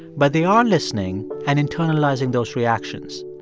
but they are listening and internalizing those reactions.